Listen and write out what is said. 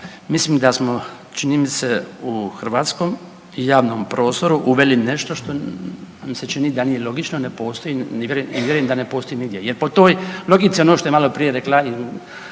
mislim da smo čini mi se u hrvatskom javnom prostoru uveli nešto što mi se čini da nije logični, ne postoji, ne vjerujem da ne postoji nigdje jer po toj logici ono što je maloprije rekla i